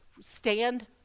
stand